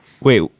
Wait